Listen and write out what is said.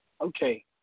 Okay